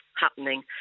happening